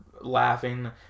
laughing